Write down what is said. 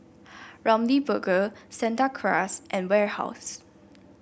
Ramly Burger Santa Cruz and Warehouse